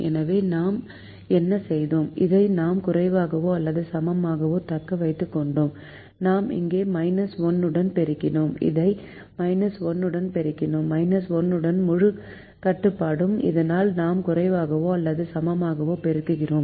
எனவே நாம் என்ன செய்தோம் இதை நாம் குறைவாகவோ அல்லது சமமாகவோ தக்க வைத்துக் கொண்டோம் நாம் இங்கே 1 உடன் பெருக்கினோம் இதை 1 உடன் பெருக்கினோம் 1 உடன் முழு கட்டுப்பாடும் இதனால் நாம் குறைவாகவோ அல்லது சமமாகவோ பெறுகிறோம்